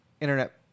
internet